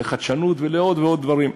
לחדשנות ועוד ועוד דברים.